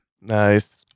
Nice